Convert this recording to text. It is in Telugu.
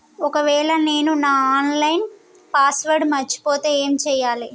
ఒకవేళ నేను నా ఆన్ లైన్ పాస్వర్డ్ మర్చిపోతే ఏం చేయాలే?